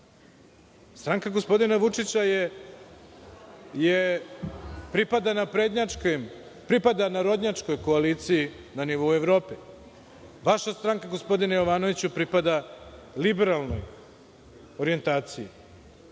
Stranka gospodina Vučića pripada narodnjačkoj koaliciji na nivou Evrope. Vaša stranka, gospodine Jovanoviću, pripada liberalnoj orijentaciji.